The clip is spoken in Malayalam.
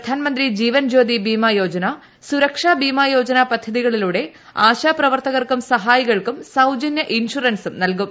പ്രധാനമന്ത്രി ജീവൻജ്യോതി ബീമായോജന സുരക്ഷാ ബീമാ യോജന പദ്ധതികളിലൂടെ ആശാപ്രവർത്തകർക്കും സഹായികൾക്കും സൌജന്യ ഇൻഷുറൻസും നല്കും